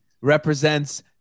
represents